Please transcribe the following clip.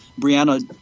Brianna